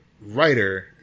writer